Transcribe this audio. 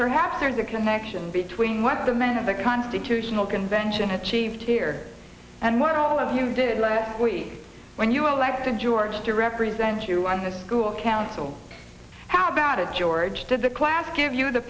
perhaps there's a connection between what the men of the constitutional convention achieved here and what all of you did last week when you elected george to represent you on the school council how about it george did the class give